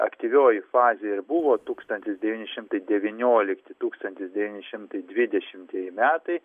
aktyvioji fazė ir buvo tūkstantis devyni šimtai devyniolikti tūkstantis devyni šimtai dvidešimtieji metai